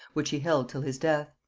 which he held till his death.